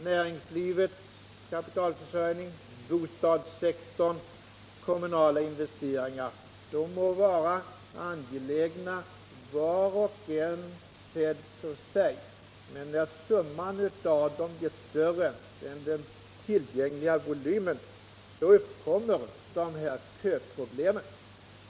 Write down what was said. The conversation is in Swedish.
Näringslivets kapitalförsörjning, bostadssektorns behov samt kommunala investeringar må vara angelägna, men när summan av lånebehoven blir större än de tillgängliga resurserna, så får vi köproblem.